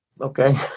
Okay